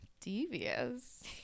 Devious